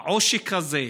העושק הזה,